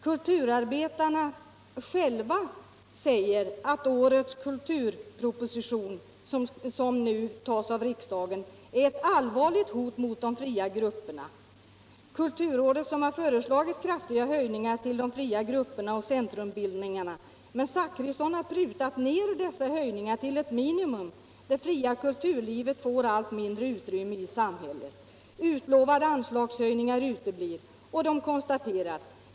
Kulturarbetarna själva säger att årets kulturproposition, som nu behandlas av riksdagen, är ett allvarligt hot mot de fria grupperna. Kulturrådet har föreslagit kraftiga höjningar för de fria grupperna och centrumbildningarna, men herr Zachrisson har satt ner dessa höjningar will ett minimum. Det fria kulturlivet får allt mindre utrymme i samhällslivet. Utlovade anslagshöjningar uteblir.